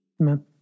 Amen